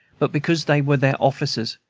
but because they were their officers,